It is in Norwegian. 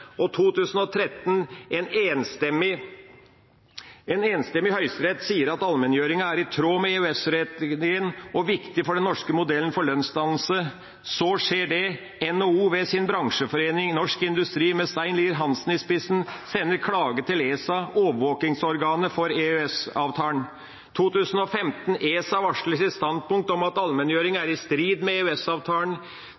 2013 sier en enstemmig Høyesterett at allmenngjøringen er i tråd med EØS-retten og viktig for den norske modellen for lønnsdannelse. Så sender NHO, ved sin bransjeforening Norsk Industri, med Stein Lier-Hansen i spissen, en klage til ESA, overvåkingsorganet for EØS-avtalen. I 2015 kommer ESA med sitt standpunkt om at